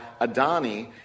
Adani